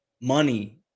money